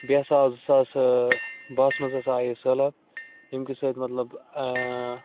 بیٚیہِ ہَسا آو زٕ ساس باہہ ہَس منٛز ہَسا آیے سٔہلاب ییٚمہِ کہِ سۭتۍ مطلب